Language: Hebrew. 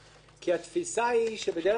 כי התפישה שהיא שבדרך כלל,